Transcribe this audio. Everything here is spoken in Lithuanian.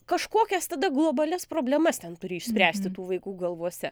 kažkokias tada globalias problemas ten turi išspręsti tų vaikų galvose